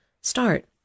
start